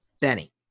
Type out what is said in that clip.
Benny